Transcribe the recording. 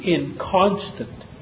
inconstant